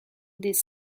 des